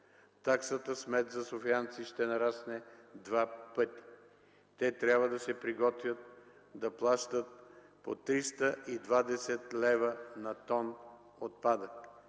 такса смет за софиянци ще нарасне два пъти. Гражданите трябва да се приготвят да плащат по 320 лв. на тон отпадък.